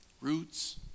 roots